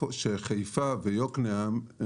חממות ואקוסיסטם אזורי ורק אחרי זה לתמרץ חברות שיגיעו.